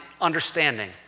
understanding